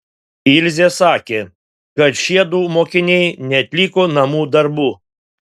ilzė sakė kad šiedu mokiniai neatliko namų darbų